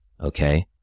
okay